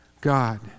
God